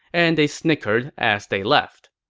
and they snickered as they left